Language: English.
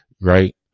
right